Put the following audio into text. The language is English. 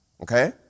Okay